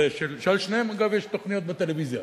שעל שניהם, אגב, יש תוכניות בטלוויזיה: